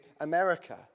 America